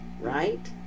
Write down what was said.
right